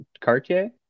Cartier